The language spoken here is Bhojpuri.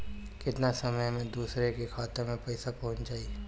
केतना समय मं दूसरे के खाता मे पईसा पहुंच जाई?